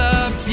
up